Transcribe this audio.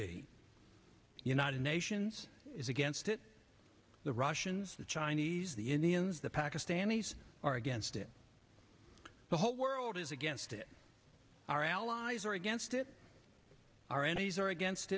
be united nations is against it the russians the chinese the indians the pakistanis are against it the whole world is against it our allies are against it our enemies are against